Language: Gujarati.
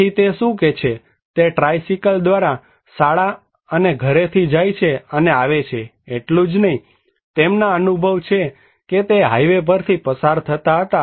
આથી તે શું છે કે તે ટ્રાઇસિકલ દ્વારા શાળા અને ઘરેથી જાય છે અને આવે છે એટલું જ નહીં તેમના અનુભવ છે કે તે હાઇવે પરથી પસાર થતાં હતા